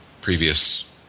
previous